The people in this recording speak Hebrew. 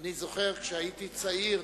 אני זוכר, כשהייתי צעיר,